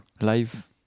live